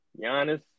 Giannis